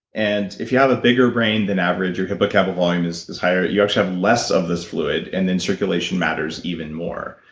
and if you have a bigger brain than average, your hippocampal volume is is higher, you actually have less of this fluid, and then circulation matters even more.